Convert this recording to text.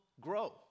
grow